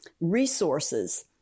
resources